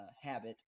habit